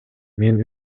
мен